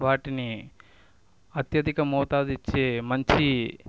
వాటిని అత్యధిక మోతాదు ఇచ్చే మంచి